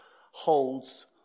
holds